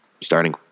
starting